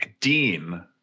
dean